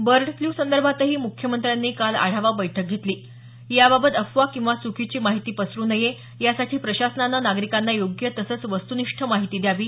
bird फ्ल्यूसंदर्भातही मुख्यमंत्र्यांनी काल आढावा बैठक घेतली याबाबत अफवा किंवा चुकीची माहिती पसरू नये यासाठी प्रशासनाने नागरिकांना योग्य तसंच वस्तनिष्ठ माहिती द्यावी